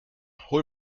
hol